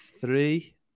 three